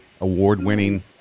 award-winning